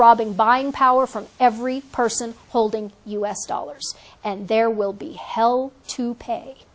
robbing buying power from every person holding us dollars and there will be hell to pay